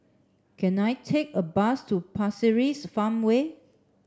can I take a bus to Pasir Ris Farmway